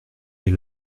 est